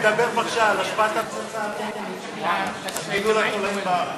דבר בבקשה על השפעת הפצצה האטומית על גידול התולעים בארץ.